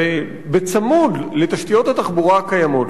ובצמוד לתשתיות התחבורה הקיימות,